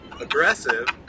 Aggressive